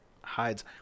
hides